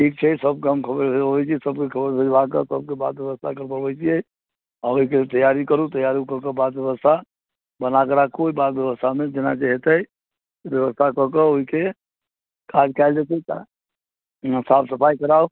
ठीक छै सब गाम खबरि होइ दियौ सबके खबरि भेजबा कऽ सबके बात व्यबस्था कऽ कऽ अबैत छियै आ ओहिके तैआरी करू तैआरी कऽ कऽ बात व्यवस्था बना कऽ राखू बात व्यवस्थामे जेना जे होयतै व्यवस्था कऽ कऽ ओहिके काज कयल जयतै ता ओहिमे साफ सफाइ कराउ